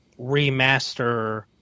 remaster